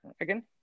again